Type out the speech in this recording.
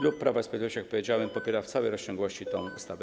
Klub Prawa i Sprawiedliwości, jak powiedziałem, popiera w całej rozciągłości tę ustawę.